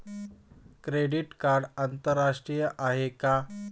Credit card आंतरराष्ट्रीय आहे का?